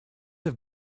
have